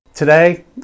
Today